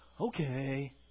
Okay